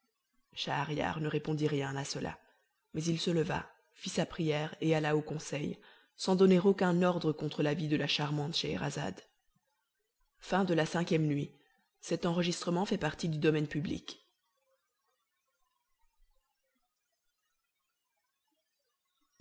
schahriar ne répondit rien à cela mais il se leva fit sa prière et alla au conseil sans donner aucun ordre contre la vie de la charmante scheherazade vi nuit